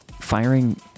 Firing